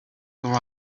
your